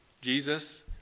Jesus